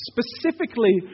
specifically